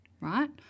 right